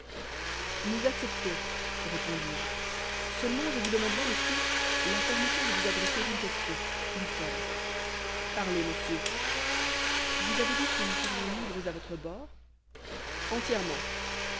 nous acceptons répondis-je seulement je vous demanderai monsieur la permission de vous adresser une question une seule parlez monsieur vous avez dit que nous serions libres à votre bord entièrement